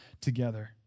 together